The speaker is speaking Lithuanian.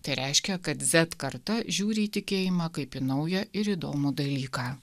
tai reiškia kad zet karta žiūri į tikėjimą kaip į naują ir įdomų dalyką